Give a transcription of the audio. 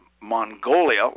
Mongolia